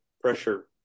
pressure